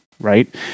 right